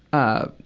ah,